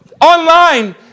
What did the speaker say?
online